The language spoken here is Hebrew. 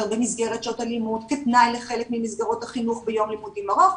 במסגרת שעות הלימוד כתנאי לחלק ממסגרות החינוך ביום לימודים ארוך,